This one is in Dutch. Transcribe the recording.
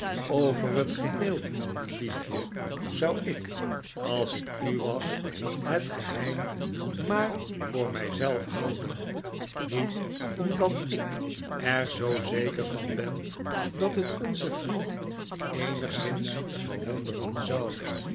over het geheel liefje zou ik als ik u was het geheim maar voor mij zelf houden niet omdat ik er zoo zeker van ben dat het onzen vriend eenigszins verwonderen zou